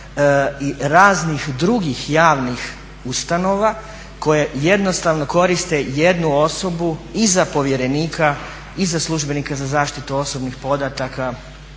i raznih drugih javnih ustanova koje jednostavno koriste jednu osobu iza povjerenika, i za službenika za zaštitu osobnih podataka